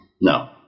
no